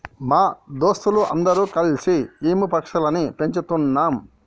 మా దోస్తులు అందరు కల్సి ఈము పక్షులని పెంచుతున్నాం